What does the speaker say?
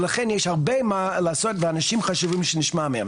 ולכן, יש הרבה מה לעשות, ואנשים חשובים שנשמע מהם.